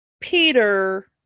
Peter